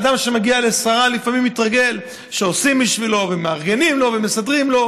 אדם שמגיע לשררה לפעמים מתרגל שעושים בשבילו ומארגנים לו ומסדרים לו,